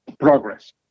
progress